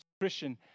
Christian